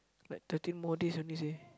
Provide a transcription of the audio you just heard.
like thirteen more days only seh